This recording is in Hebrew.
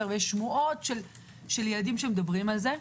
ויש שמועות של ילדים שמדברים על זה.